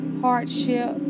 hardship